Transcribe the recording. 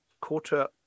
quarter